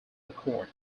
record